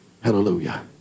hallelujah